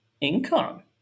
income